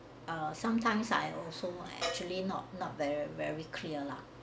uh sometimes I also actually not not very very clear lah